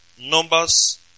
Numbers